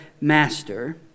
master